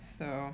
so